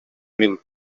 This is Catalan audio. mil